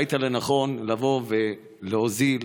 ראית לנכון לבוא ולהוזיל,